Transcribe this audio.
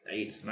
eight